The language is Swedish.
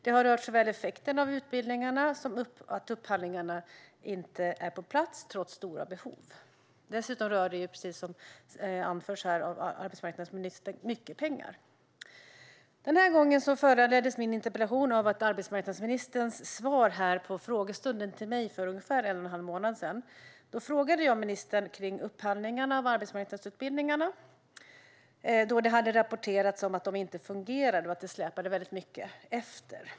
Det har handlat såväl om effekterna av utbildningarna som om att upphandlingarna inte är på plats trots stora behov. Dessutom gäller det, precis som arbetsmarknadsministern anför, mycket pengar. Denna gång föranleddes min interpellation av arbetsmarknadsministerns svar till mig under frågestunden för ungefär en och en halv månad sedan. Då frågade jag ministern om upphandlingarna av arbetsmarknadsutbildningar, då det hade rapporterats om att de inte fungerade och att det släpade efter väldigt mycket.